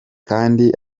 kandi